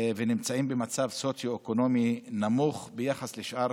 ונמצאים במצב סוציו-אקונומי נמוך ביחס לשאר